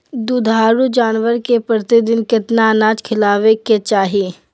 दुधारू जानवर के प्रतिदिन कितना अनाज खिलावे के चाही?